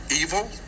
evil